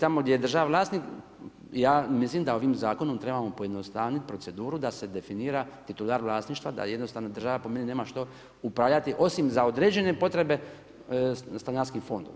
A tamo gdje je država vlasnik ja mislim da ovim zakonom trebamo pojednostavniti proceduru da se definira titular vlasništva, da jednostavno država po meni nema što upravljati osim za određene potrebe stanarski fondovi.